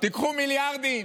תיקחו מיליארדים,